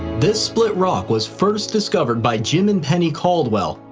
this split rock was first discovered by jim and penny caldwell,